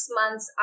months